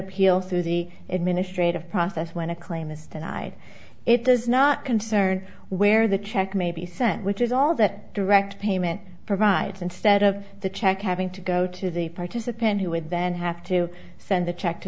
appeal through the administrative process when a claim is denied it does not concern where the check may be sent which is all that direct payment provides instead of the check having to go to the participant who would then have to send the check to